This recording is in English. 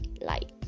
light